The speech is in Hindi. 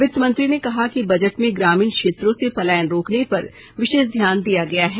वित मंत्री ने कहा कि बजट में ग्रामीण क्षेत्रों से पलायन रोकने पर विशेष ध्यान दिया गया है